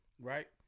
Right